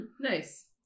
Nice